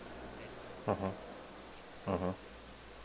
mmhmm mmhmm